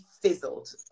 fizzled